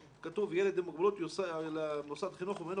"ילד עם מוגבלות יוסע למוסד חינוך וממנו